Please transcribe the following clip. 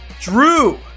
Drew